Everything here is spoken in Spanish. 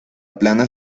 plana